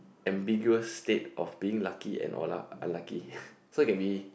am bigger state of being lucky and or unlucky so it can be